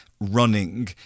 running